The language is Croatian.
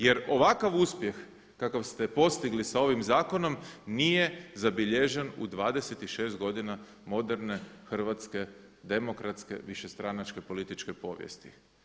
Jer ovakva uspjeh kakav ste postigli sa ovim zakonom nije zabilježen u 26 godina moderne Hrvatske demokratske višestranačke političke povijesti.